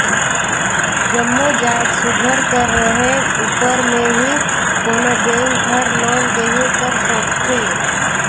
जम्मो जाएत सुग्घर कर रहें उपर में ही कोनो बेंक हर लोन देहे कर सोंचथे